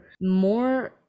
more